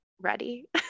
ready